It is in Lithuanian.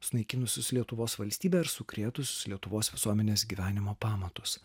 sunaikinusius lietuvos valstybę ir sukrėtusius lietuvos visuomenės gyvenimo pamatus